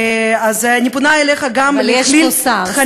אז אני פונה אליך גם להכליל תכנים, אבל יש פה שר.